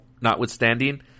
notwithstanding